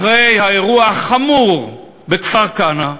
אחרי האירוע החמור בכפר-כנא,